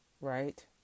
right